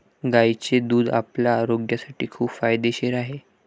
गायीचे दूध आपल्या आरोग्यासाठी खूप फायदेशीर आहे